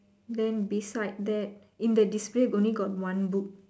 then beside that in the display only got one book